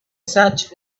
such